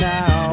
Now